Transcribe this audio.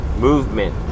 movement